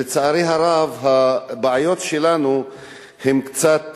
לצערי הרב, הבעיות שלנו הן קצת שונות.